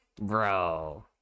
bro